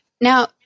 Now